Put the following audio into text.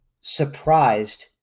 surprised